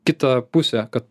kitą pusę kad